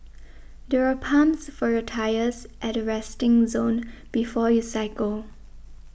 there are pumps for your tyres at the resting zone before you cycle